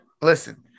Listen